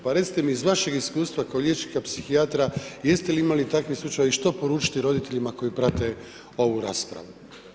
Pa recite mi iz vašeg iskustva kao liječnika psihijatra jeste li imali takvih slučajeva i što poručiti roditeljima koji prate ovu raspravu?